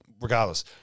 regardless